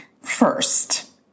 First